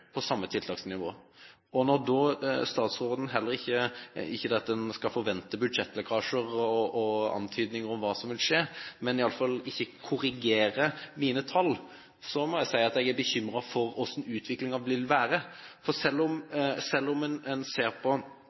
på samme tiltaksnivå. Når da statsråden heller ikke – ikke det at man skal forvente budsjettlekkasjer og antydninger om hva som vil skje – korrigerer mine tall, må jeg si at jeg er bekymret for hvordan utviklingen vil bli. For selv om